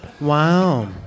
Wow